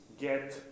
get